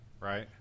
right